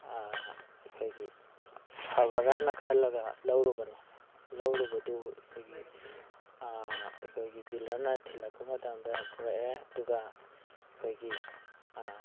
ꯑꯩꯈꯣꯏꯒꯤ ꯐꯕꯔꯅ ꯈꯜꯂꯒ ꯂꯧꯔꯨꯕꯅꯤ ꯂꯧꯔꯨꯕꯗꯨ ꯑꯩꯈꯣꯏꯒꯤ ꯑꯩꯈꯣꯏꯒꯤ ꯗꯤꯜꯂꯔꯅ ꯊꯤꯜꯂꯛꯄ ꯃꯇꯝꯗ ꯄꯨꯔꯛꯑꯦ ꯑꯗꯨꯒ ꯑꯩꯈꯣꯏꯒꯤ